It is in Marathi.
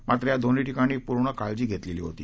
मात्र या दोन्ही ठिकाणी पूर्ण काळजी घेतलेली होती